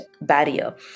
barrier